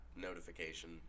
notification